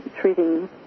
treating